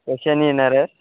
कशाने येणार